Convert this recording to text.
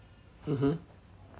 mmhmm